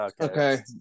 Okay